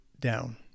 down